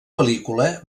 pel·lícula